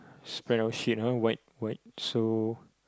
spread out sheets ah white white so